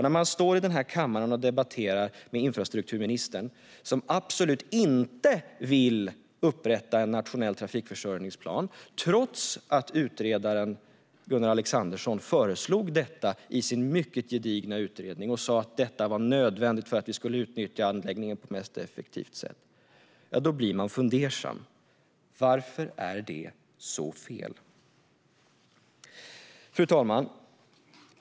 När man står här i kammaren och debatterar med infrastrukturministern, som absolut inte vill upprätta en nationell trafikförsörjningsplan trots att utredaren Gunnar Alexandersson i sin mycket gedigna utredning föreslog detta och sa att det var nödvändigt för att utnyttja anläggningen på det mest effektiva sättet, blir man fundersam. Varför är det så fel? Fru talman!